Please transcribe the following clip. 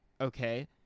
Okay